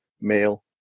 male